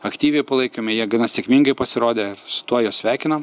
aktyviai palaikėme jie gana sėkmingai pasirodė su tuo juos sveikinam